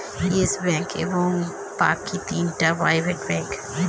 yes Bank এবং বাকি তিনটা প্রাইভেট ব্যাঙ্ক